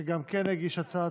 שגם הוא הגיש הצעה.